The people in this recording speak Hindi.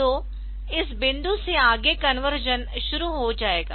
तो इस बिंदु से आगे कन्वर्सेशन शुरू हो जाएगा